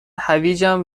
هویجم